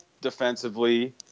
defensively